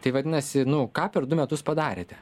tai vadinasi nu ką per du metus padarėte